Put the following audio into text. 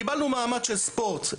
קיבלנו מעמד של ספורט,